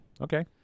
Okay